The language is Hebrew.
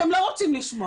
אתם לא רוצים לשמוע.